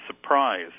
surprise